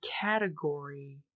category